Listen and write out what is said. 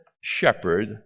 shepherd